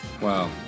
Wow